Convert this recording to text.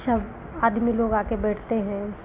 सब आदमी लोग आकर बैठते हैं